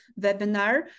webinar